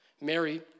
Mary